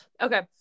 okay